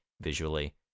visually